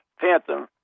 phantom